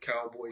cowboy